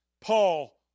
Paul